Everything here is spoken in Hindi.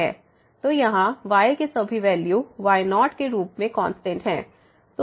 तो यहाँ y के सभी वैल्यू y0 के रूप में कांस्टेंट हैं